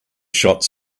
shots